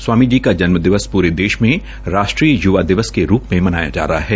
स्वामी जी जन्म दिवस और देश में राष्ट्रीय युवा दिवस के रूप में मनाया जा रहा है